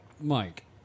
Mike